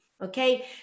okay